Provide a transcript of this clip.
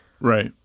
Right